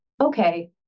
Okay